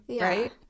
right